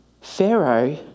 Pharaoh